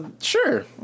sure